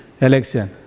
election